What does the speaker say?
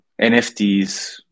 NFTs